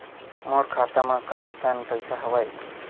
मोर खाता म कतेकन पईसा हवय?